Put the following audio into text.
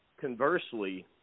conversely